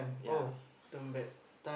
ya